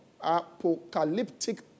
apocalyptic